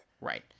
Right